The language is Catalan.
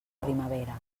primavera